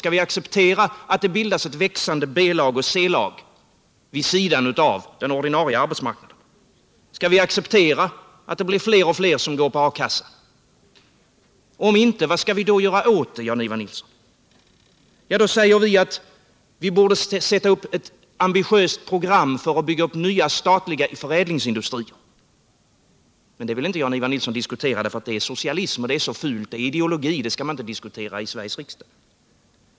Skall vi acceptera att det bildas växande B-lag och C-lag vid sidan av den ordinarie arbetsmarknaden? Skall vi acceptera att det blir fler och fler som kastas ut? — Om inte, vad skall vi då göra åt problemet, Jan-Ivan Nilsson? Jo, då säger vi att vi borde utarbeta ett ambitiöst program för att bygga upp nya statliga förädlingsindustrier. Det vill inte Jan-Ivan Nilsson diskutera — det är socialism, och det är så fult! Det är ideologi, och det skall man inte diskutera i Sveriges riksdag!